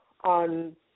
on